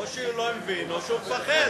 או שהוא לא מבין או שהוא מפחד.